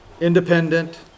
Independent